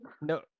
no